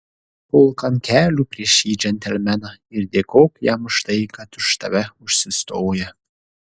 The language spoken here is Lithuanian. pulk ant kelių prieš šį džentelmeną ir dėkok jam už tai kad už tave užsistoja